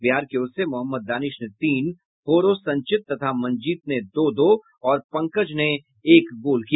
बिहार की ओर से मोहम्मद दानिश ने तीन होरो संचित तथा मनजीत ने दो दो और पंकज ने एक गोल किया